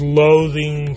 loathing